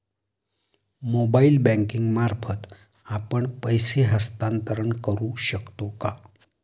Mobile banking मार्फत आपण पैसे हस्तांतरण करू शकतो का?